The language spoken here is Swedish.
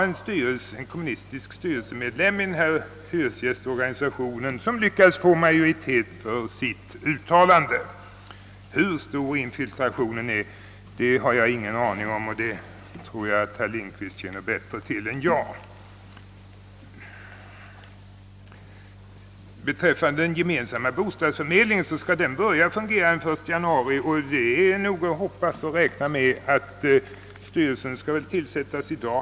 En kommunistisk styrelseledamot i denna hyresgästorganisation lyckades få majoritet för sitt uttalande. Hur stor infiltrationen är har jag ingen aning om, det tror jag att herr Lindkvist känner bättre till än jag. Avsikten var att den gemensamma bostadsförmedlingen skulle börja sin verksamhet den 1 januari 1968 — styrelsen skall, tror jag, tillsättas i dag.